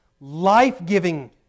life-giving